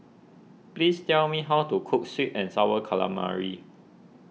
please tell me how to cook Sweet and Sour Calamari